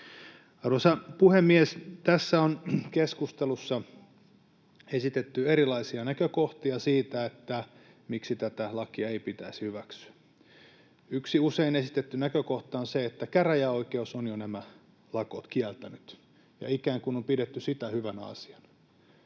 Arvoisa puhemies! Tässä on keskustelussa esitetty erilaisia näkökohtia siitä, miksi tätä lakia ei pitäisi hyväksyä. Yksi usein esitetty näkökohta on se, että käräjäoikeus on jo nämä lakot kieltänyt, ja ikään kuin on pidetty sitä hyvänä asiana.